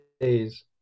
days